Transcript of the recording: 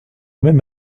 même